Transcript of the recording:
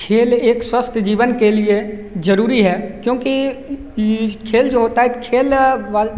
खेल एक स्वस्थ जीवन के लिए जरूरी है क्योंकि खेल जो होता है खेल